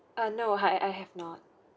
uh no ha~ I I have not